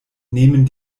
nehmen